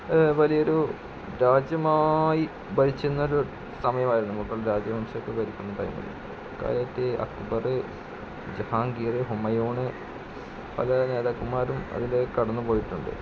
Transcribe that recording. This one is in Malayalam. വലിയൊരു രാജ്യമായി ഭരിച്ചിരുന്ന ഒരു സമയമായിരുന്നു മുഗൾ രാജവംശജരൊക്കെ ഭരിക്കുന്ന ടൈമിൽ അക്കാലത്ത് അക്ബര് ജഹാംഗീര് ഹുമയൂണ് പല നേതാക്കന്മാരും അതില് കടന്നു പോയിട്ടുണ്ട്